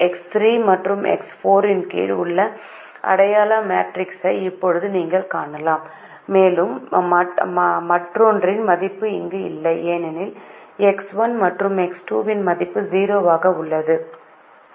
X 3 மற்றும் X 4 இன் கீழ் உள்ள அடையாள மேட்ரிக்ஸை இப்போது நீங்கள் காணலாம் மேலும் மற்றொன்றின் மதிப்பு இங்கு இல்லை ஏனெனில் எக்ஸ் 1 மற்றும் எக்ஸ் 2 இன் மதிப்பு 0 ஆக உள்ளன